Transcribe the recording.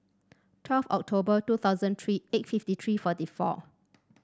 twelve October two thousand three eight fifty three forty four